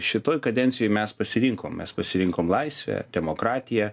šitoj kadencijoj mes pasirinkom mes pasirinkom laisvę demokratiją